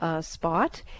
spot